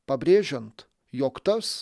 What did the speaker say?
pabrėžiant jog tas